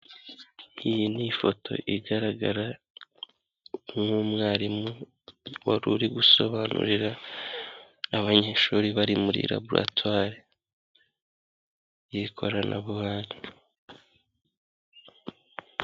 Iyi ni ifoto igaragara nk'umwarimu wari uri gusobanurira abanyeshuri bari muri raboratwari y'ikoranabuhanga.